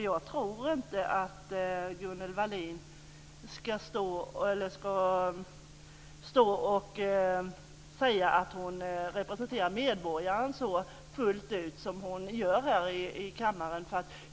Jag tycker inte att Gunnel Wallin ska säga att hon representerar medborgare på det sätt som hon säger här i kammaren.